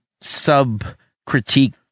sub-critique